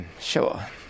Sure